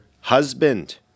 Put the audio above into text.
husband